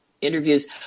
interviews